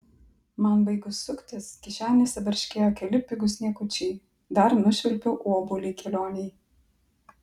man baigus suktis kišenėse barškėjo keli pigūs niekučiai dar nušvilpiau obuolį kelionei